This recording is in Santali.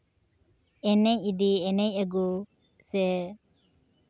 ᱮᱱᱮᱡ ᱤᱫᱤ ᱮᱱᱮᱡ ᱟᱹᱜᱩ ᱥᱮ